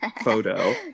photo